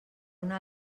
una